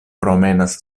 promenas